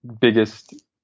biggest